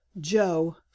joe